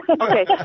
Okay